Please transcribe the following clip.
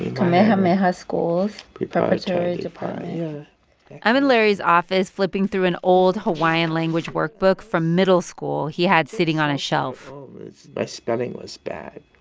kamehameha schools proprietary department yeah i'm in larry's office, flipping through an old hawaiian language workbook from middle school he had sitting on a shelf my spelling was bad.